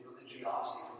religiosity